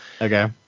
Okay